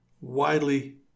widely